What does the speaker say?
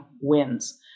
wins